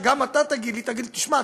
שגם אתה תגיד לי: שמע,